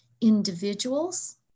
individuals